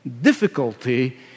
difficulty